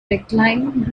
reclined